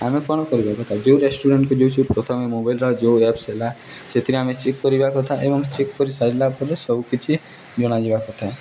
ଆମେ କ'ଣ କରିବା କଥା ଯୋଉ ରେଷ୍ଟୁରାଣ୍ଟକୁ ଯେଉଁ ପ୍ରଥମେ ମୋବାଇଲ୍ର ଯୋଉ ଆପ୍ସ ହେଲା ସେଥିରେ ଆମେ ଚେକ୍ କରିବା କଥା ଏବଂ ଚେକ୍ କରିସାରିଲା ପରେ ସବୁକିଛି ଜଣାଯିବା କଥା